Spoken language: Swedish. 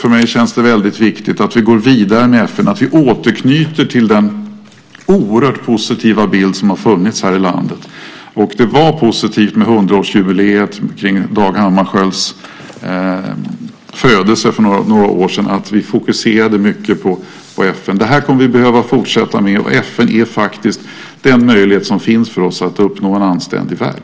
För mig känns det också väldigt viktigt att vi går vidare med FN och att vi återknyter till den oerhört positiva bild som har funnits här i landet. Det var positivt med 100-årsjubileet av Dag Hammarskjölds födelse för några år sedan då vi fokuserade mycket på FN. Det här kommer vi att behöva fortsätta med. FN är faktiskt den möjlighet som finns för oss att uppnå en anständig värld.